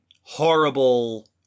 horrible